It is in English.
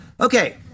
Okay